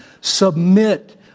Submit